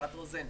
ועדת רוזן,